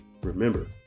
remember